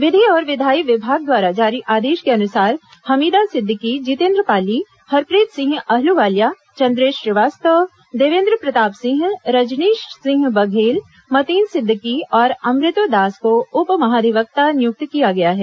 विधि और विधायी विभाग द्वारा जारी आदेश के अनुसार हमीदा सिद्दिकी जितेन्द्र पाली हरप्रीत सिंह अहलुवालिया चंद्रेश श्रीवास्तव देवेन्द्र प्रताप सिंह रजनीश सिंह बघेल मतीन सिद्दिकी और अमृतो दास को उप महाधिवक्ता नियुक्त किया गया है